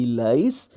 lies